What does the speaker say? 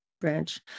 branch